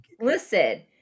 listen